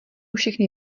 všechny